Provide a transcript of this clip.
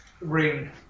ring